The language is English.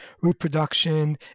reproduction